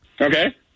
Okay